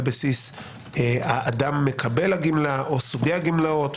בסיס האדם שמקבל את הגמלה או על בסיס סוגי הגמלאות.